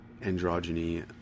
androgyny